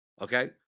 okay